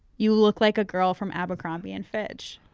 you look like a girl from abercrombie and fitch.